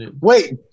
Wait